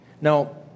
Now